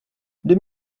deux